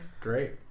Great